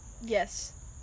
yes